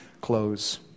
close